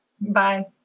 Bye